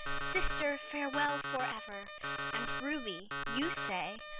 sister, farewell forever and ruby, you say,